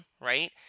right